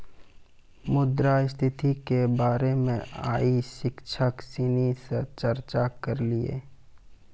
मुद्रा स्थिति के बारे मे आइ शिक्षक सिनी से चर्चा करलिए